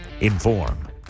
inform